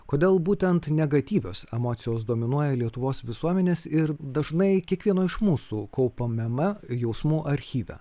kodėl būtent negatyvios emocijos dominuoja lietuvos visuomenės ir dažnai kiekvieno iš mūsų kaupamiame jausmų archyve